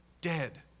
dead